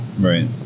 Right